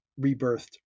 rebirthed